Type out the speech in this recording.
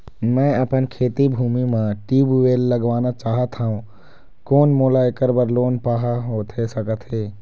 मैं अपन खेती भूमि म ट्यूबवेल लगवाना चाहत हाव, कोन मोला ऐकर बर लोन पाहां होथे सकत हे?